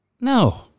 No